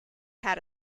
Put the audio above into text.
had